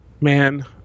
man